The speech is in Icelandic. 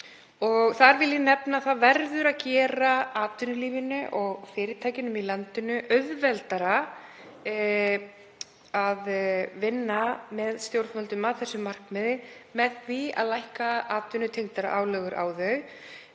Þar vil ég nefna að það verður að gera atvinnulífinu og fyrirtækjunum í landinu auðveldara að vinna með stjórnvöldum að þessu markmiði með því að lækka atvinnutengdar álögur á þau.